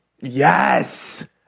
yes